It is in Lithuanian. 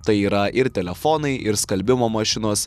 tai yra ir telefonai ir skalbimo mašinos